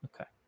Okay